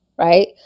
Right